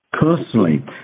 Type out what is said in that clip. Personally